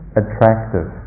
attractive